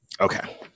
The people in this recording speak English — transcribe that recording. Okay